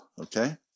okay